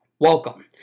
welcome